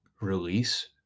release